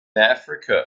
africa